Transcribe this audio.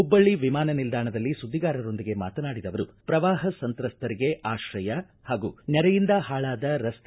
ಹುಬ್ಬಳ್ಳಿ ವಿಮಾನ ನಿಲ್ದಾಣದಲ್ಲಿ ಸುದ್ದಿಗಾರರೊಂದಿಗೆ ಮಾತನಾಡಿದ ಅವರು ಪ್ರವಾಪ ಸಂತ್ರಸ್ತರಿಗೆ ಆಕ್ರಯ ಹಾಗೂ ನೆರೆಯಿಂದ ಹಾಳಾದ ರಸ್ತೆ